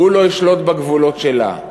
הוא לא ישלוט בגבולות שלה.